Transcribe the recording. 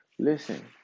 Listen